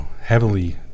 heavily